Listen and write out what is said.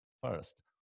First